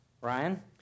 Ryan